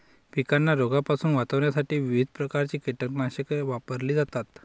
पिकांना रोगांपासून वाचवण्यासाठी विविध प्रकारची कीटकनाशके वापरली जातात